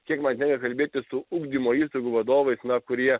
kiek man tenka kalbėtis su ugdymo įstaigų vadovais kurie